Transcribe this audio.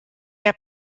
der